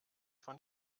von